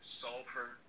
sulfur